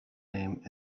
name